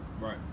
Right